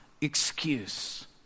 excuse